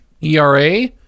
ERA